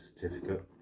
certificate